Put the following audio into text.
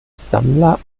sammler